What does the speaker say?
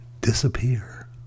disappear